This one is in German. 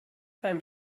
beim